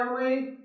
family